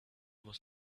was